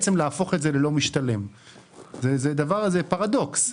יש כאן פרדוקס.